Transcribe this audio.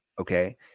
Okay